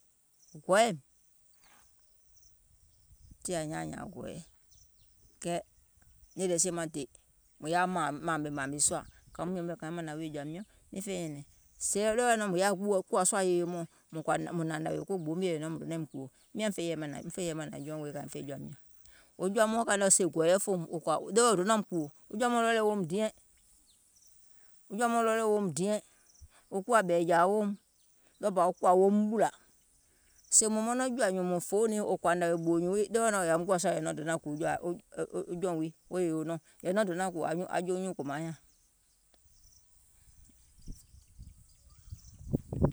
wò gɔɔyɛ̀ìm, tii aŋ nyaaŋ nyȧȧŋ gɔ̀ɔ̀yɛ, kɛɛ nìì lɛ sie maŋ dè mùŋ yaȧ mȧȧmè mȧȧmè sùȧ, nyuuŋ mìŋ yɛmɛ̀ kauŋ mȧnȧŋ wèè jɔ̀ȧ miɔ̀ŋ, miŋ fèiŋ nyɛ̀nɛ̀ŋ, ɗeweɛ̀ nɔŋ mùŋ yaȧ kùwȧ sùȧ yèye mɔɔ̀ŋ, mùŋ hnȧŋ nȧwèè ko gboo mio yɛ̀ì nɔŋ mùŋ donȧim kùwò, miȧŋ miŋ fè yɛi mȧnȧŋ jɔùŋ wèè kaiŋ fè jɔ̀ȧ miɔ̀ŋ, wo jɔ̀ȧ mɔɔ̀ŋ kȧ nɔ̀ɔŋ sèè gɔ̀ɔ̀yɛ fòouŋ wò kɔ̀à ɗeweɛ̀ wò donȧum kùwò, wo jɔ̀ȧ mɔɔ̀ŋ ready woum diɛ̀ŋ, wo kuwȧ ɓɛ̀ɛ̀jȧa weèum, ɗɔɔbȧ wo kùwȧ woum ɓùlȧ, sèè mùŋ mɔnɔŋ wo jɔ̀ȧ nyùùŋ mùŋ fòouŋ niìŋ wò kɔ̀ȧ nȧwèè gbòò nyùùŋ wii ɗeweɛ̀ nɔŋ wò yȧùm kùwȧ sùȧa yɛ̀ì nɔŋ wò donȧŋ kùwò wo jɔùŋ wii wo yèyeuŋ nɔɔ̀ŋ, yɛ̀ì nɔŋ wò donȧŋ kùwò anyuùŋ kòmauŋ nyȧŋ,